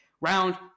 round